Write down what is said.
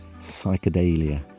psychedelia